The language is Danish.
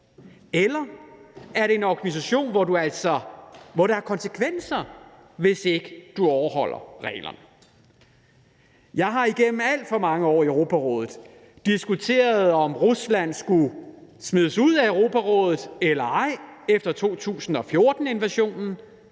Eller er det en organisation, hvor der er konsekvenser, hvis ikke man overholder reglerne? Jeg har i Europarådet igennem alt for mange år diskuteret, om Rusland skulle smides ud af Europarådet eller ej efter 2014-invasionen